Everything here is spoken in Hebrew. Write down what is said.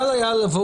קל היה לבוא